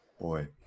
boy